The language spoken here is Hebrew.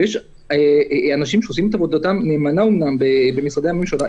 יש אנשים שעושים עובדתם נאמנה אומנם במשרדי הממשלה,